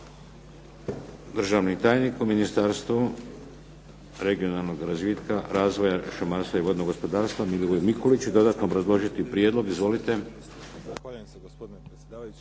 Državni tajnik u Ministarstvu regionalnog razvitka, razvoja, šumarstva i vodnog gospodarstva Milivoj Mikulić će dodatno obrazložiti prijedlog. Izvolite.